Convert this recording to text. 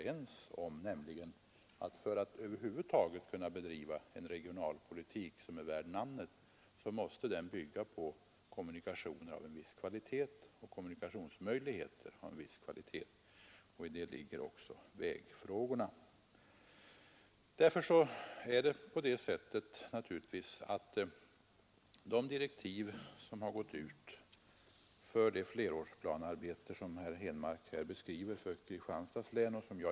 Denna regionalpolitik måste, om den över huvud taget skall vara värd namnet, bygga på kommunikationer och kommunikationsmöjligheter av en viss kvalitet, och i detta sammanhang kommer vägfrågorna in. Jag tänker inte — eftersom inte heller herr Henmark gjort det — i denna debatt gå in på de direktiv som har utfärdats för det flerårsplanearbete som herr Henmark beskrivit för Kristianstads län.